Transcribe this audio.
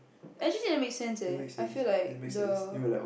actually never make sense leh I feel like the